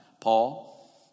Paul